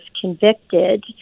convicted